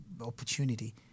opportunity